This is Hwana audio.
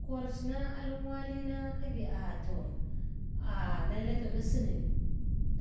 Korch na alan walina agi ah toh ah lale toh da sniying